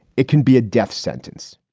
it can be a death sentence